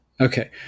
Okay